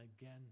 again